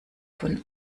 von